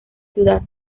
ciudad